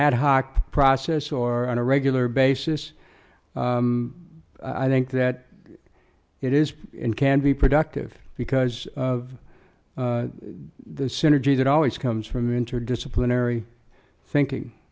hoc process or on a regular basis i think that it is and can be productive because of the synergy that always comes from interdisciplinary thinking